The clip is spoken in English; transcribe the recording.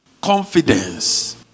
confidence